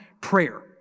prayer